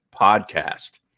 Podcast